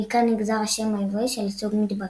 מכאן נגזר השם העברי של הסוג מדברית.